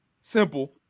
simple